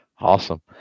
Awesome